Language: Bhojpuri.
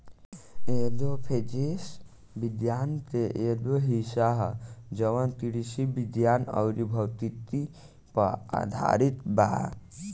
एग्रो फिजिक्स विज्ञान के एगो हिस्सा ह जवन कृषि विज्ञान अउर भौतिकी पर आधारित बा